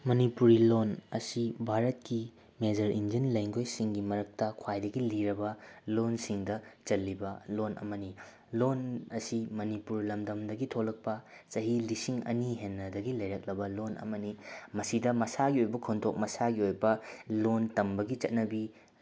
ꯃꯅꯤꯄꯨꯔꯤ ꯂꯣꯅ ꯑꯁꯤ ꯚꯥꯔꯠꯀꯤ ꯃꯦꯖꯔ ꯏꯟꯗꯤꯌꯟ ꯂꯦꯡꯒ꯭ꯋꯦꯁꯁꯤꯡꯒꯤ ꯃꯔꯛꯇ ꯈ꯭ꯋꯥꯏꯗꯒꯤ ꯂꯤꯔꯕ ꯂꯣꯟꯁꯤꯡꯗ ꯆꯜꯂꯤꯕ ꯂꯣꯟ ꯑꯃꯅꯤ ꯂꯣꯟ ꯑꯁꯤ ꯃꯅꯤꯄꯨꯔ ꯂꯝꯗꯝꯗꯒꯤ ꯊꯣꯛꯂꯛꯄ ꯆꯍꯤ ꯂꯤꯁꯤꯡ ꯑꯅꯤ ꯍꯦꯟꯅꯗꯒꯤ ꯂꯩꯔꯛꯂꯕ ꯂꯣꯟ ꯑꯃꯅꯤ ꯃꯁꯤꯗ ꯃꯁꯥꯒꯤ ꯑꯣꯏꯕ ꯈꯣꯟꯊꯣꯛ ꯃꯁꯥꯒꯤ ꯑꯣꯏꯕ ꯂꯣꯟ ꯇꯝꯕꯒꯤ ꯆꯠꯅꯕꯤ